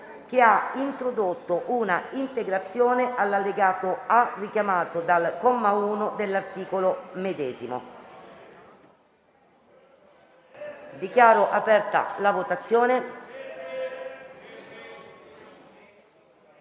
che ha introdotto una integrazione all'allegato A richiamato dal comma 1 dell'articolo medesimo. Indìco la votazione